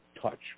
touch